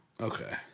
Okay